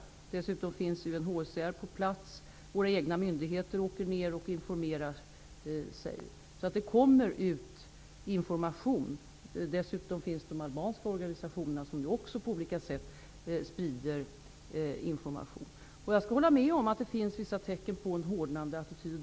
Dessutom finns UNHCR på plats, och våra egna myndigheter åker ner och informerar sig, så att information kommer ut. Dessutom finns ju de albanska organisationerna som också sprider information på olika sätt. Jag kan hålla med om att det finns vissa tecken på en hårdnande attityd.